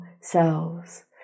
cells